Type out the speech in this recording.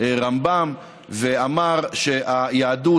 הרמב"ם ואמר שהיהדות,